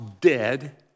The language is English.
dead